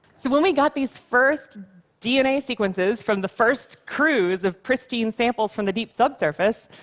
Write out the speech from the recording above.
so when we got these first dna sequences, from the first cruise, of pristine samples from the deep subsurface,